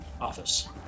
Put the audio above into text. office